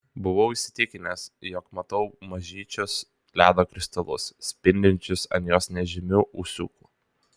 buvau įsitikinęs jog matau mažyčius ledo kristalus spindinčius ant jos nežymių ūsiukų